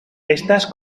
estas